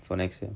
for next year